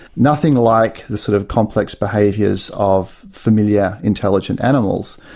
nothing like the sort of complex behaviours of familiar intelligent animals.